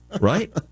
right